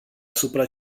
asupra